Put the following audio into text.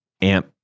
amp